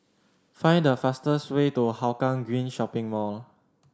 find the fastest way to Hougang Green Shopping Mall